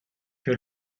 que